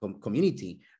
community